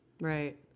Right